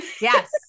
yes